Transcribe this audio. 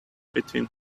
between